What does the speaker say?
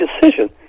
decision